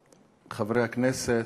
חברי הכנסת,